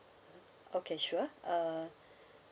okay sure err